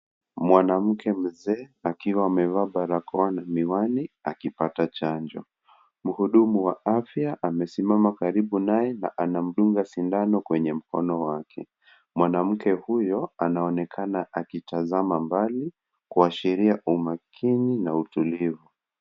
Mwanamke mzee akiwa amevaa barako na miwani akipata chanjo, mhudumu wa fya amesiamama karibu na yeye na anamdunga sindano kwenye mkono wake, mwanamke huyo anaonekana akitazama mbali kuashiria umakini na utulivu.